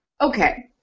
okay